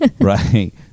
Right